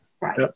Right